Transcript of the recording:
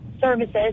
Services